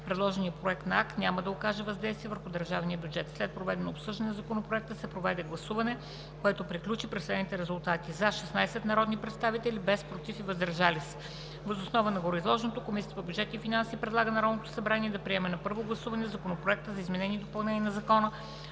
Предложеният проект на акт няма да окаже въздействие върху държавния бюджет. След проведеното обсъждане на Законопроекта се проведе гласуване, което приключи при следните резултати: „за“ – 16 народни представители, без „против“ и „въздържал се“. Въз основа на гореизложеното Комисията по бюджет и финанси предлага на Народното събрание да приеме на първо гласуване Законопроект за изменение и допълнение на Закона